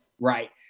right